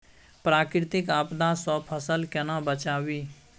प्राकृतिक आपदा सं फसल केना बचावी?